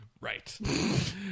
right